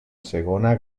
segona